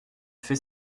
fait